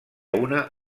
una